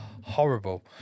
horrible